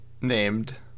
named